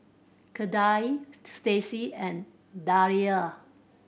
Kendal Stacy and Thalia